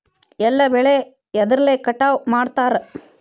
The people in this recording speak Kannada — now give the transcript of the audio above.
ಎಲ್ಲ ಬೆಳೆ ಎದ್ರಲೆ ಕಟಾವು ಮಾಡ್ತಾರ್?